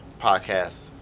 podcast